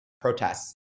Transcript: protests